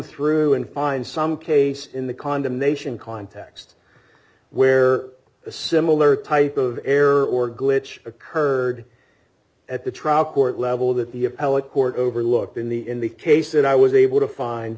through and find some case in the condemnation context where a similar type of error or glitch occurred at the trial court level that the appellate court overlooked in the in the case that i was able to find